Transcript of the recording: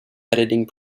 editing